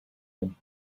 him